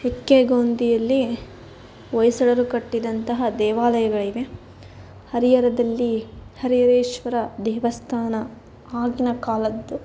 ಎಕ್ಕೆಗೊಂದಿಯಲ್ಲಿ ಹೊಯ್ಸಳರು ಕಟ್ಟಿದಂತಹ ದೇವಾಲಯಗಳಿವೆ ಹರಿಹರದಲ್ಲಿ ಹರಿಹರೇಶ್ವರ ದೇವಸ್ಥಾನ ಆಗಿನ ಕಾಲದ್ದು